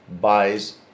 buys